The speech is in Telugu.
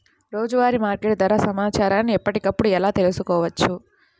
రోజువారీ మార్కెట్ ధర సమాచారాన్ని ఎప్పటికప్పుడు ఎలా తెలుసుకోవచ్చు?